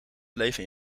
leven